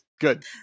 Good